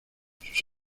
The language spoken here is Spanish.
sus